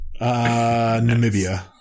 namibia